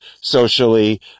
socially